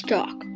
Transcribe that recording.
Talk